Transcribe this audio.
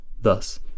Thus